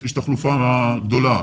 יש תחלופה גדולה.